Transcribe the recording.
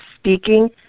speaking